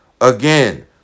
Again